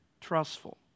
trustful